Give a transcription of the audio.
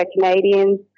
Canadians